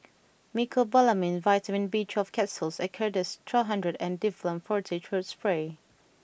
Mecobalamin Vitamin B twelve Capsules Acardust two hundred and Difflam Forte Throat Spray